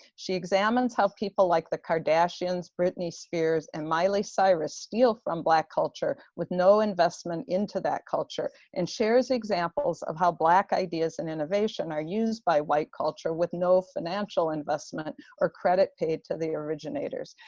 she examines how people like the kardashians, britney spears, and miley cyrus steal from black culture with no investment into that culture, and shares examples of how black ideas and innovation are used by white culture with no financial investment or credit paid to the originators.